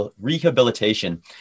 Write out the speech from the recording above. rehabilitation